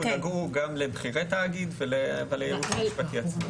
נגעו גם לבכירי תאגיד ולייעוץ המשפטי עצמו.